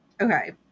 Okay